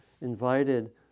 invited